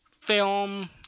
film